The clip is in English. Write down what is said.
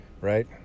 right